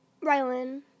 Rylan